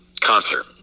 concert